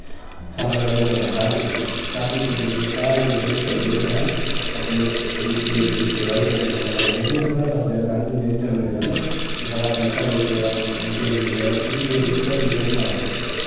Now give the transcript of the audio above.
सारें कोला पैह्लें लोक अपना घर दिखदे दिखदे घर दिखदे होई चलदे बी असें अपनी जेह्ड़ी देश दी सेवा बी करनी कन्नै कन्नै क्योंकि ओह् बी साढ़ा फर्ज ऐ अगर असें दुनियां च जनम लेदा ना ते साढ़ा अपने घरा दे सेवा देश दी लेवा क्योंकि देश बी धरती बी साढ़ी मां ऐ